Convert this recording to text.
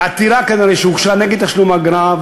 כנראה בעתירה שהוגשה נגד תשלום אגרה,